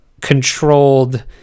controlled